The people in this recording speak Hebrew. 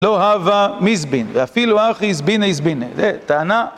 לא אהבה מזבין ואפילו האח יזביני יזביני, זה טענה.